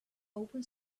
open